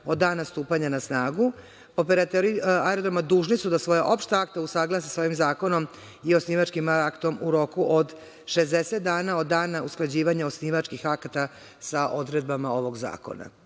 od dana stupanja na snagu. Operateri aerodroma dužni su da svoja opšta akta usaglase sa ovim zakonom i osnivačkim aktom u roku od 60 dana od dana usklađivanja osnivačkih akata sa odredbama ovog zakona.